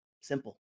Simple